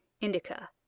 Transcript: indica